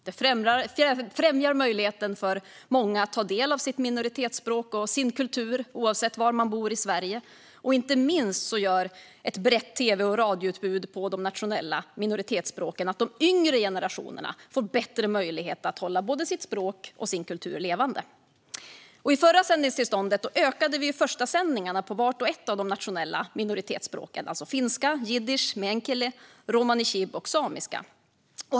Detta främjar många människors möjligheter att ta del av sitt minoritetsspråk och sin kultur oavsett var i Sverige de bor. Inte minst gör ett brett tv och radioutbud på de nationella minoritetsspråken att de yngre generationerna får bättre möjligheter att hålla sitt språk och sin kultur levande. I det förra sändningstillståndet ökades förstasändningarna på vart och ett av de nationella minoritetsspråken, alltså finska, jiddisch, meänkieli, romani chib och samiska.